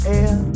air